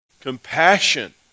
compassion